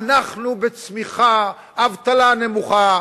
אנחנו בצמיחה, אבטלה נמוכה,